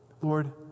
Lord